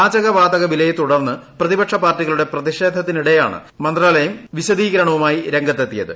പാചക വാതക വില വർദ്ധനയെത്തുടർന്ന് പ്രതിപക്ഷ പാർട്ടികളുടെ പ്രതിഷേധത്തിനിടെയാണ് മന്ത്രാലയം വിശദീകരണവുമായി രംഗത്തെത്തിയത്